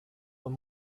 von